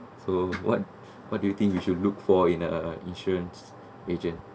so what what do you think we should look for in a insurance agent